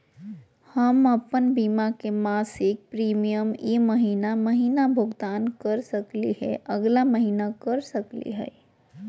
हम अप्पन बीमा के मासिक प्रीमियम ई महीना महिना भुगतान कर सकली हे, अगला महीना कर सकली हई?